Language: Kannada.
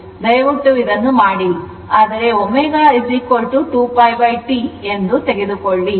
ದಯವಿಟ್ಟು ಇದನ್ನು ಮಾಡಿ ಆದರೆ ω 2π T ಗೆ ಸಮಾನವಾಗಿರುತ್ತದೆ